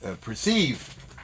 perceive